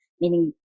meaning